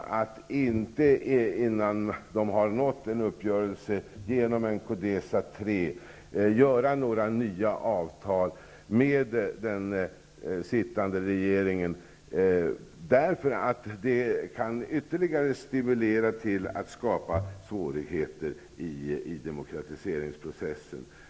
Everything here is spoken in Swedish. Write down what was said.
Man skall inte ingå några nya avtal med den sittande regeringen innan de har nått en uppgörelse genom Codesa 3. Det skulle ytterligare kunna stimulera till att skapa svårigheter i demokratiseringsprocessen.